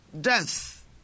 death